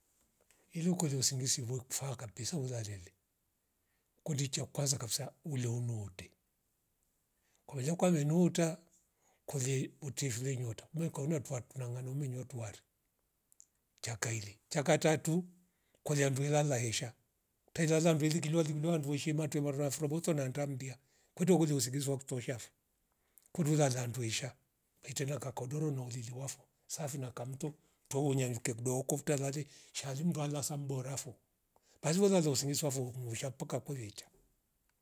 Ili ukorie usingizi vo kufaa kabisa ulaliele kundi cha kabisa ule umoote. Kola kwa venuuta kolie utivile nyota nyookonia twatu tunganume nyuatuwari cha kaili, cha katatu kolia nduwela lahesha taila landwili kiloli lindwa ndwe ishima twemarafula furolomboso na ndambia kwete kolia usingizi wa kutoshavo kurula landweisha hetera kakodoro na ulili wafo safi na kamto twohonya ngedoko kuvta lale shamli mndwala lasam borafo pali welala usingizi wa voungunusha mpaka kuvecha